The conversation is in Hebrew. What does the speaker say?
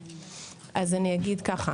אז אני אגיד ככה